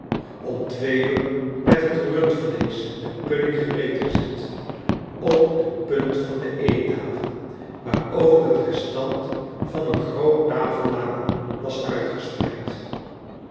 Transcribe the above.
om twee uur werd het rundvleesch en de pudding gereed gezet op de punt van de eettafel waarover het restaat van een groot tafellaken was uitgespreid